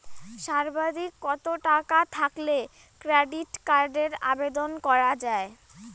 সর্বাধিক কত টাকা থাকলে ক্রেডিট কার্ডের আবেদন করা য়ায়?